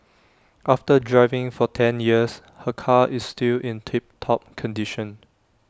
after driving for ten years her car is still in tip top condition